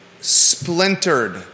Splintered